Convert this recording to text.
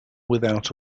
without